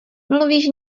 mluvíš